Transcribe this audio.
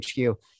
HQ